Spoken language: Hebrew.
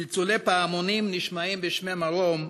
צלצולי פעמונים נשמעים בשמי מרום,